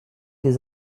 des